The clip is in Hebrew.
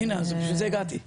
הנה, אז בשביל זה הגעתי.